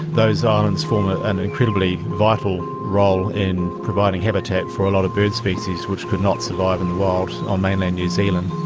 those islands form ah an incredibly vital role in providing habitat for a lot of bird species which could not survive in the wild on mainland new zealand.